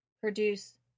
produce